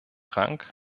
rang